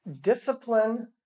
Discipline